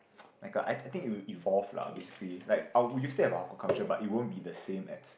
like a I I think it will evolve lah basically like I we will still have our hawker culture but it won't be the same as